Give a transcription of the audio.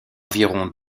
environ